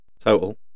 Total